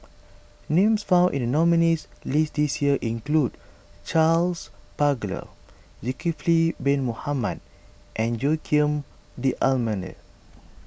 names found in the nominees' list this year include Charles Paglar Zulkifli Bin Mohamed and Joaquim D'Almeida